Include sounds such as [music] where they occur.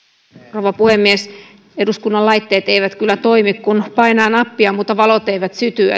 rouva puhemies eduskunnan laitteet eivät kyllä toimi kun painaa nappia mutta valot eivät syty [unintelligible]